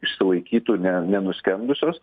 išsilaikytų ne nenuskendusios